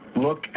Look